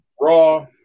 Raw